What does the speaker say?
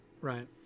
right